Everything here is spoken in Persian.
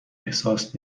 احساس